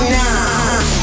now